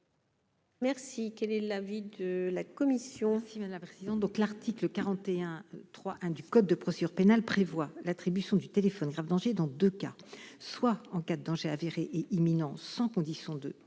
Quel est l'avis de la commission ?